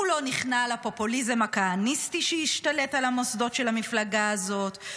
הוא לא נכנע לפופוליזם הכהניסטי שהשתלט על המוסדות של המפלגה הזאת,